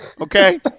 Okay